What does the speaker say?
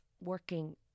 working